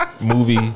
movie